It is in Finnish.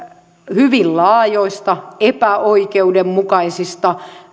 hyvin laajoista epäoikeudenmukaisista